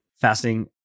fasting